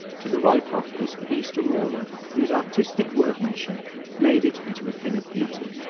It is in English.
to the roycrofters, of east aurora, whose artistic workmanship made it into a thing of beauty.